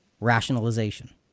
rationalization